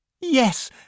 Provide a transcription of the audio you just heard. Yes